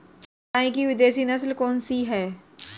गाय की विदेशी नस्ल कौन सी है?